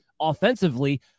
offensively